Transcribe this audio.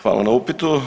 Hvala na upitu.